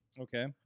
Okay